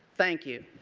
thank you.